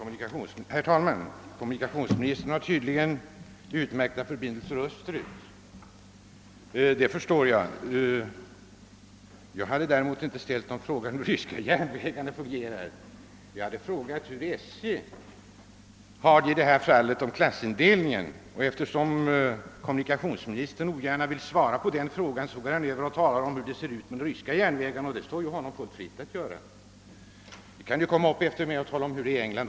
Herr talman! Kommunikationsministern har tydligen utmärkta förbindelser österut. Men jag hade faktiskt inte ställt någon fråga om hur de ryska järnvägarna fungerar. Jag hade frågat hur SJ har det ordnat med klassindelningen. Men eftersom kommunikationsministern ogärna vill svara på den frågan gick han i stället över till att tala om hur det är ordnat vid de ryska järnvägarna — och det står honom givetvis fritt att göra det; han kan ju då också tala om hur det är ställt i England.